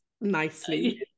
nicely